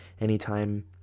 Anytime